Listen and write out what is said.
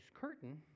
curtain